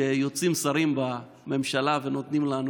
שיוצאים שרים מהממשלה ונותנים לנו,